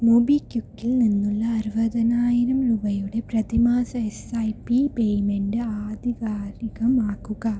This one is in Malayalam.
മൊബിക്വിക്കിൽ നിന്നുള്ള അറുപതിനായിരം രൂപയുടെ പ്രതിമാസ എസ് ഐ പി പേയ്മെൻറ്റ് ആധികാരികമാക്കുക